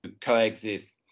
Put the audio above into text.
coexist